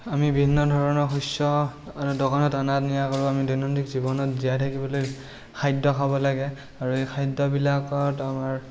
আমি বিভিন্ন ধৰণৰ শস্য আৰু দোকানত অনা নিয়া কৰোঁ আমি দৈনন্দিন জীৱনত জীয়াই থাকিবলৈ খাদ্য খাব লাগে আৰু এই খাদ্যবিলাকত আমাৰ